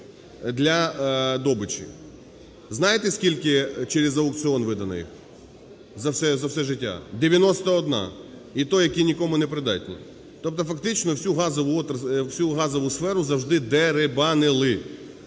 для добичі. Знаєте, скільки через аукціон видано їх за все життя? 91 і то, які нікому не придатні. Тобто фактично всю газову сферу завжди деребанили.